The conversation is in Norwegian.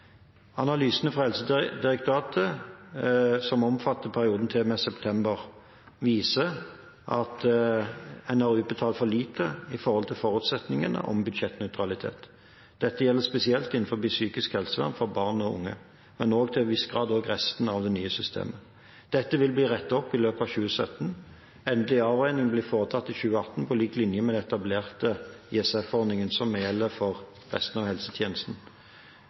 Analysene fra Helsedirektoratet som omfatter perioden til og med september, viser at en har utbetalt for lite i forhold til forutsetningene om budsjettnøytralitet. Dette gjelder spesielt innenfor psykisk helsevern for barn og unge, men også til en viss grad resten av det nye systemet. Dette vil bli rettet opp i løpet av 2017. Endelig avregning blir foretatt i 2018, på lik linje med den etablerte ISF-ordningen som gjelder for resten av helsetjenesten.